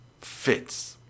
fits